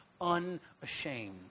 unashamed